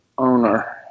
owner